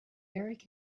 erik